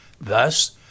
Thus